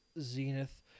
zenith